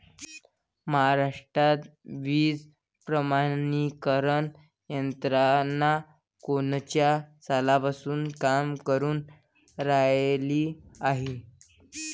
महाराष्ट्रात बीज प्रमानीकरण यंत्रना कोनच्या सालापासून काम करुन रायली हाये?